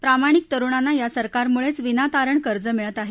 प्रामाणिक तरुणांना या सरकारमुळेच विनातारण कर्ज मिळत आहे